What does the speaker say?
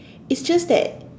it's just that